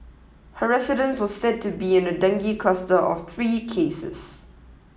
her residence was said to be in a dengue cluster of three cases